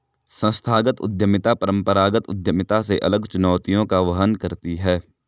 संस्थागत उद्यमिता परंपरागत उद्यमिता से अलग चुनौतियों का वहन करती है